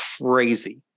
crazy